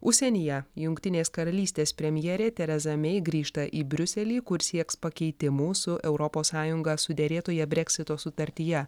užsienyje jungtinės karalystės premjerė tereza mei grįžta į briuselį kur sieks pakeitimų su europos sąjunga suderėtoje breksito sutartyje